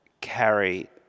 carry